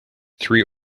three